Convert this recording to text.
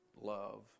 love